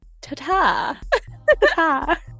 Ta-ta